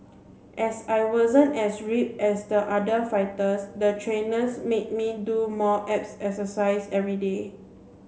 as I wasn't as rip as the other fighters the trainers made me do more abs exercise everyday